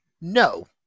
no